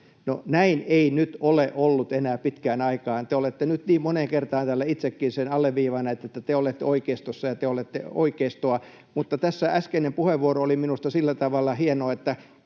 näin ei nyt ole ollut enää pitkään aikaan. Te olette nyt niin moneen kertaan täällä itsekin sitä alleviivanneet, että te olette oikeistossa ja te olette oikeistoa. Tämä äskeinen puheenvuoro oli minusta sillä tavalla hieno, että